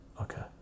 okay